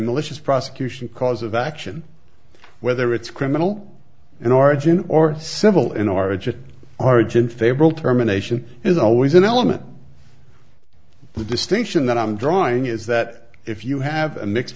malicious prosecution cause of action whether it's criminal in origin or civil in origin origin fable terminations is always an element of the distinction that i'm drawing is that if you have a mixed